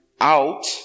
out